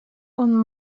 und